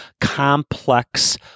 complex